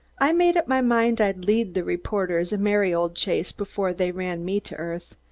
i made up my mind i'd lead the reporters a merry old chase before they ran me to earth,